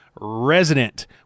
Resident